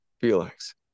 felix